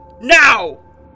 Now